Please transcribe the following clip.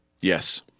Yes